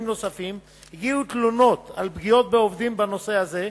נוספים הגיעו תלונות על פגיעות בעובדים בנושא הזה,